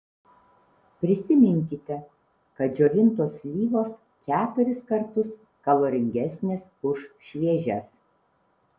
prisiminkite kad džiovintos slyvos keturis kartus kaloringesnės už šviežias